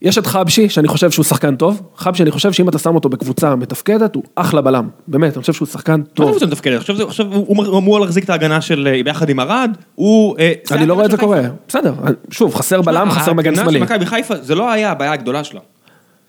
יש את חבשי, שאני חושב שהוא שחקן טוב, חבשי אני חושב שאם אתה שם אותו בקבוצה מתפקדת, הוא אחלה בלם, באמת, אני חושב שהוא שחקן טוב. מה זה קבוצה מתפקדת? עכשיו הוא אמור להחזיק את ההגנה של, ביחד עם ארד, הוא... אני לא רואה את זה קורה, בסדר, שוב, חסר בלם, חסר מגן שמאלי. שמע, ההגנה של מכבי חיפה זה לא היה הבעיה הגדולה שלה.